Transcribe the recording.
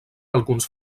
alguns